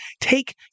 take